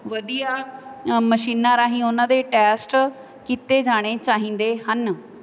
ਵਧੀਆ ਮਸ਼ੀਨਾਂ ਰਾਹੀਂ ਉਹਨਾਂ ਦੇ ਟੈਸਟ ਕੀਤੇ ਜਾਣੇ ਚਾਹੀਦੇ ਹਨ